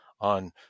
on